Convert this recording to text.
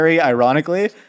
ironically